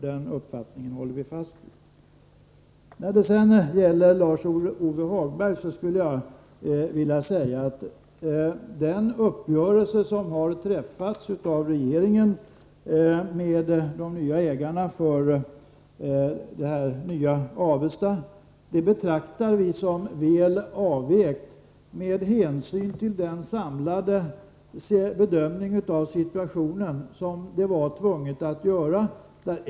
Den uppfattningen håller vi fast vid. Till Lars-Ove Hagberg skulle jag vilja säga att vi betraktar den uppgörelse som regeringen har träffat med ägarna i det nya Avesta som väl avvägd med hänsyn till den samlade bedömning av situationen som var nödvändig att göra.